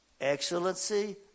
Excellency